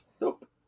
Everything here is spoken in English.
nope